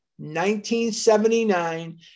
1979